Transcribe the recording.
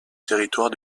territoire